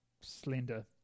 slender